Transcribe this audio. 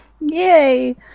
yay